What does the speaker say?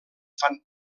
fan